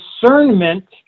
Discernment